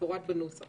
הוא מפורט בנוסח.